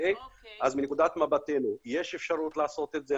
אז מנקודת מבטנו יש אפשרות לעשות את זה.